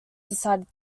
decided